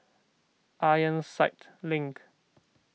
Ironside Link